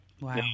Wow